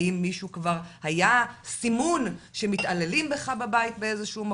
האם היה כבר סימון שמתעללים בך בבית באיזשהו מקום?